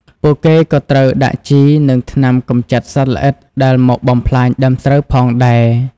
ពួកគេក៏ត្រូវដាក់ជី និងថ្នាំកម្ចាត់សត្វល្អិតដែលមកបំផ្លាញដើមស្រូវផងដែរ។